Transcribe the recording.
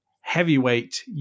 heavyweight